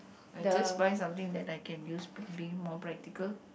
I just buy something that I can use being more practical